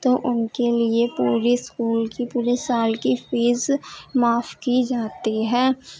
تو ان کے لیے پورے اسکول کی پورے سال کی فیس معاف کی جاتی ہے